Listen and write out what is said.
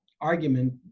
argument